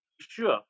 sure